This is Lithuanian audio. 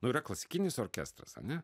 nu yra klasikinis orkestras ane